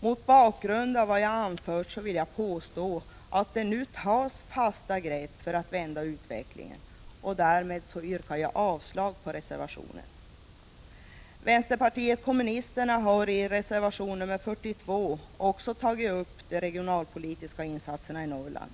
Mot bakgrund av vad jag anfört vill jag påstå att det nu tas fasta grepp för att vända utvecklingen. Därmed yrkar jag avslag på reservationen. Också vänsterpartiet kommunisterna har, i reservation nr 42, tagit upp de regionalpolitiska insatserna i Norrland.